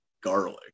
garlic